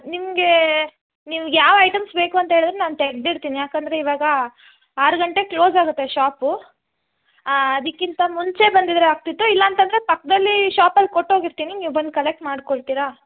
ನಿಮಗೆ ನಿಮ್ಗೆ ಯಾವ ಐಟಮ್ಸ್ ಬೇಕು ಅಂತ ಹೇಳಿದ್ರೆ ನಾನು ತೆಗ್ದು ಇಡ್ತೀನಿ ಯಾಕಂದರೆ ಇವಾಗ ಆರು ಗಂಟೆಗೆ ಕ್ಲೋಸ್ ಆಗುತ್ತೆ ಶಾಪು ಅದಿಕ್ಕಿಂತ ಮುಂಚೆ ಬಂದಿದ್ದರೆ ಆಗ್ತಿತ್ತು ಇಲ್ಲ ಅಂತಂದರೆ ಪಕ್ಕದಲ್ಲಿ ಶಾಪಲ್ಲಿ ಕೊಟ್ಟು ಹೋಗಿರ್ತಿನಿ ನೀವು ಬಂದು ಕಲೆಕ್ಟ್ ಮಾಡಿಕೊಳ್ತಿರಾ